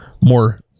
more